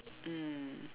mm